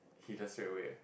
he just straight away